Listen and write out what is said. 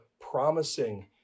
promising